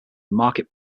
market